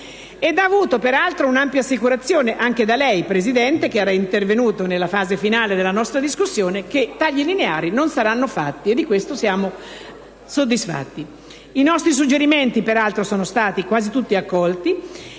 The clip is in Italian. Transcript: Ed ha avuto un'ampia assicurazione, anche da lei, Presidente, che è intervenuto nella fase finale della nostra discussione, che tagli lineari non saranno fatti. Di questo siamo soddisfatti. I nostri suggerimenti sono stati quasi tutti accolti,